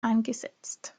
eingesetzt